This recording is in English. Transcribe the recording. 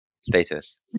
status